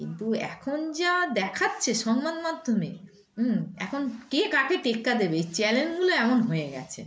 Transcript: কিন্তু এখন যা দেখাচ্ছে সংবাদ মাধ্যমে এখন কে কাকে টেক্কা দেবে এই চ্যালেঞ্জগুলো এমন হয়ে গেছে